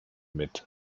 mit